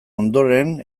ondoren